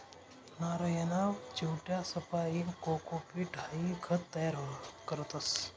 नारयना चिवट्यासपाईन कोकोपीट हाई खत तयार करतस